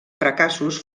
fracassos